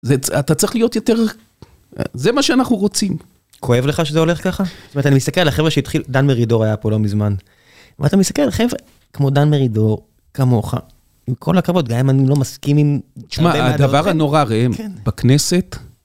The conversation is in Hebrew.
אתה צריך להיות יותר, זה מה שאנחנו רוצים. כואב לך שזה הולך ככה? זאת אומרת, אני מסתכל על החבר'ה שהתחיל, דן מרידור היה פה לא מזמן. אבל אתה מסתכל על החבר'ה, כמו דן מרידור, כמוך, עם כל הכבוד, גם אם אני לא מסכים עם... תשמע, הדבר הנורא, ראם, בכנסת..